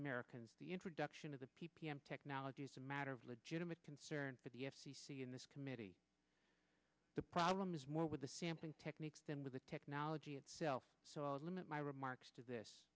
americans the introduction of the p p m technology is a matter of legitimate concern for the f c c in this committee the problem is more with the sampling techniques than with the technology itself so i'll limit my remarks to this